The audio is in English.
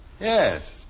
Yes